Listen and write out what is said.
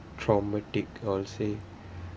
traumatic I'll say